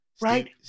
Right